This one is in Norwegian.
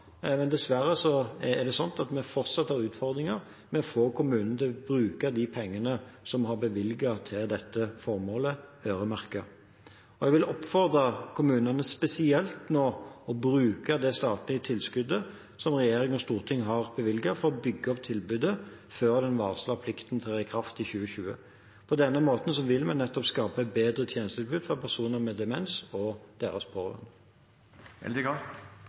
men dessverre har vi fortsatt utfordringer med å få kommunene til å bruke de pengene som er bevilget til dette formålet, øremerket. Jeg vil oppfordre kommunene nå spesielt til å bruke det statlige tilskuddet som regjering og storting har bevilget, til å bygge opp tilbudet før den varslede plikten trer i kraft i 2020. På denne måten vil vi nettopp skape et bedre tjenestetilbud for personer med demens og deres